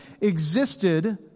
existed